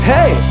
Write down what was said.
Hey